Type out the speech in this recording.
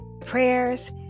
prayers